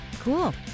Cool